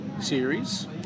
series